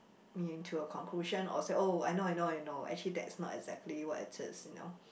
me into a conclusion or say oh I know I know I know actually that's not exactly what it is you know